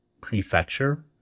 prefecture